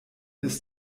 ist